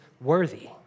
worthy